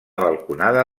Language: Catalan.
balconada